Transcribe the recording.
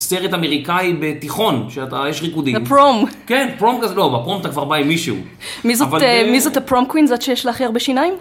סרט אמריקאי בתיכון, שאתה, יש ריקודים. הפרום. כן, פרום כזה, לא, בפרום אתה כבר בא עם מישהו. מי זאת, מי זאת הפרום קווין? זאת שיש לך הרבה שיניים?